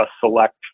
select